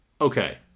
Okay